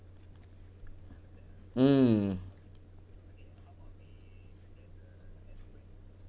mm